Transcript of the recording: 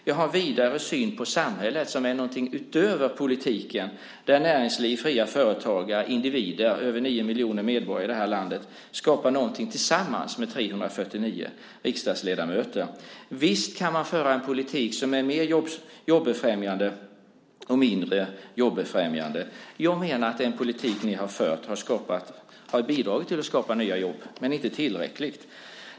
Jag har en vidare syn på samhället som någonting utöver politiken där näringsliv, fria företagare och individer - över nio miljoner medborgare i detta land - skapar någonting tillsammans med 349 riksdagsledamöter. Visst kan man dock föra en politik som är mer jobbefrämjande eller mindre jobbefrämjande. Jag menar att den politik ni har fört har bidragit till att skapa nya jobb, men inte tillräckligt.